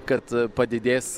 kad padidės